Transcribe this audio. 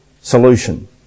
solution